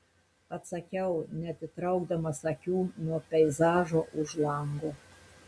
atsakiau neatitraukdamas akių nuo peizažo už lango